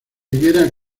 higuera